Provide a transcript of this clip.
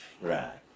Right